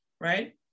right